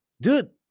Dude